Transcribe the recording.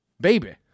baby